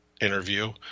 interview